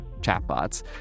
chatbots